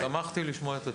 שמחתי לשמוע את התשובה,